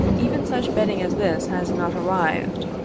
even such bedding as this has not arrived.